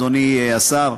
אדוני השר,